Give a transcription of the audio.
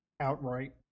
Outright